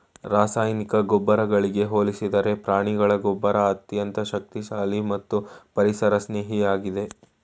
ರಾಸಾಯನಿಕ ಗೊಬ್ಬರಗಳಿಗೆ ಹೋಲಿಸಿದರೆ ಪ್ರಾಣಿಗಳ ಗೊಬ್ಬರ ಅತ್ಯಂತ ಶಕ್ತಿಶಾಲಿ ಮತ್ತು ಪರಿಸರ ಸ್ನೇಹಿಯಾಗಿದೆ